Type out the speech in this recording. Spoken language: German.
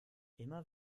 immer